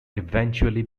eventually